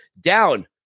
down